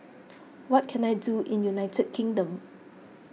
what can I do in United Kingdom